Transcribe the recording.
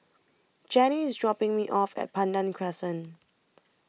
Jenny IS dropping Me off At Pandan Crescent